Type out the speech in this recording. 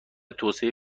توسعه